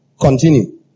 continue